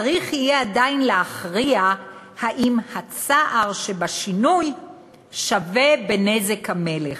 צריך יהיה עדיין להכריע האם הצער שבשינוי שווה בנזק המלך".